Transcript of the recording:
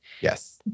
Yes